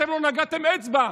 אתם לא נקפתם אצבע,